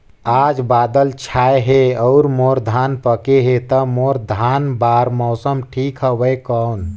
आज बादल छाय हे अउर मोर धान पके हे ता मोर धान बार मौसम ठीक हवय कौन?